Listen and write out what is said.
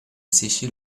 sécher